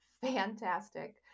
fantastic